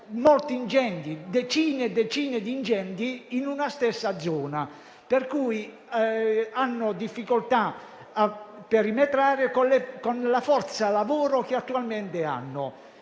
molti incendi, decine e decine di incendi in una stessa zona, per cui si ha difficoltà a perimetrare con la forza lavoro attuale.